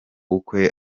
bukwe